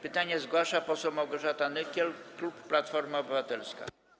Pytanie zgłasza poseł Małgorzata Nykiel, klub Platforma Obywatelska.